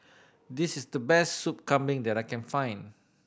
this is the best Soup Kambing that I can find